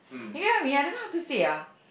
you get what I mean I don't know how to say ah